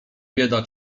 bieda